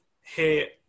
hey